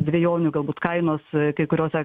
dvejonių galbūt kainos kai kuriose